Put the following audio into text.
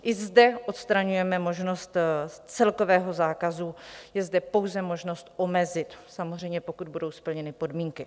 I zde odstraňujeme možnost z celkového zákazu, je zde pouze možnost omezit, samozřejmě pokud budou splněny podmínky.